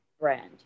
brand